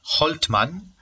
Holtmann